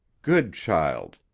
good child!